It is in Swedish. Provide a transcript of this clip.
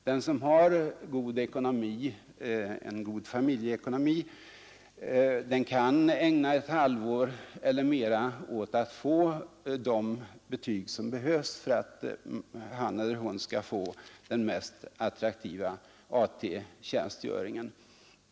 Den som har en god familjeekonomi kan ägna ett halvår eller mera åt att få de betyg som behövs för att han eller hon skall få den mest attraktiva AT-tjänsten.